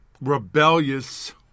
rebellious